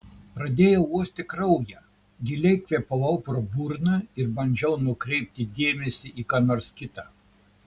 pradėjau uosti kraują giliai kvėpavau pro burną ir bandžiau nukreipti dėmesį į ką nors kita